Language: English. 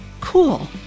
cool